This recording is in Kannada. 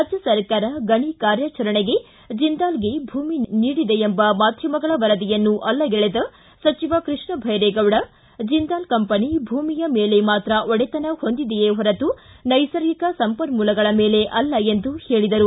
ರಾಜ್ವ ಸರ್ಕಾರ ಗಣಿ ಕಾರ್ಯಾಚರಣೆಗೆ ಜಿಂದಾಲ್ಗೆ ಭೂಮಿ ನೀಡಿದೆ ಎಂಬ ಮಾಧ್ಯಮಗಳ ವರದಿಯನ್ನು ಅಲ್ಲಗೆಳೆದ ಸಚಿವ ಕೃಷ್ಣಭೈರೇಗೌಡ ಜಿಂದಾಲ್ ಕಂಪನಿ ಭೂಮಿಯ ಮೇಲೆ ಮಾತ್ರ ಒಡೆತನ ಹೊಂದಿದೆಯೇ ಹೊರತು ನೈಸರ್ಗಿಕ ಸಂಪನ್ನೂಲಗಳ ಮೇಲೆ ಅಲ್ಲ ಎಂದು ಹೇಳಿದರು